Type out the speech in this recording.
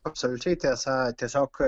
absoliučiai tiesa tiesiog